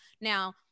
Now